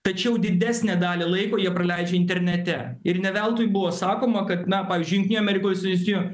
tačiau didesnę dalį laiko jie praleidžia internete ir ne veltui buvo sakoma kad na pavyzdžiui jungtinių amerikos valstijų